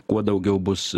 kuo daugiau bus